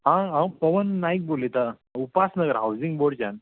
आं हांव पवन नायक उलयता उपासनगर हावजींग बोर्डच्यान